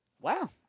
Wow